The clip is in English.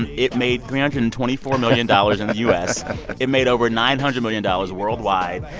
and it made three hundred and twenty four million dollars in the u s it made over nine hundred million dollars worldwide.